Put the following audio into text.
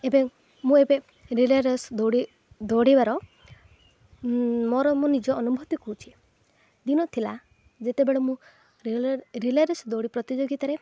ଏବେ ମୁଁ ଏବେ ରିଲେ ରେସ୍ ଦୌଡ଼ି ଦୌଡ଼ିବାର ମୋର ମୁଁ ନିଜ ଅନୁଭୂତି କହୁଚି ଦିନ ଥିଲା ଯେତେବେଳେ ମୁଁ ରିଲେ ରିଲେ ରେସ୍ ଦୌଡ଼ି ପ୍ରତିଯୋଗିତାରେ